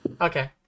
Okay